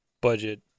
budget